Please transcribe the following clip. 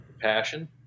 passion